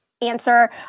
answer